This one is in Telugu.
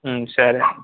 సరే